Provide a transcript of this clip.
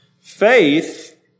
Faith